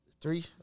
Three